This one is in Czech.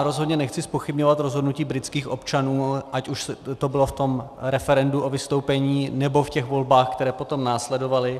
Rozhodně nechci zpochybňovat rozhodnutí britských občanů, ať už to bylo v referendu o vystoupení, nebo ve volbách, které potom následovaly.